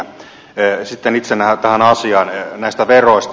sitten itse tähän asiaan näistä veroista